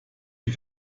die